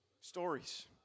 Stories